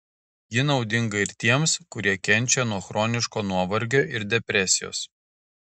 ji naudinga ir tiems kurie kenčia nuo chroniško nuovargio ir depresijos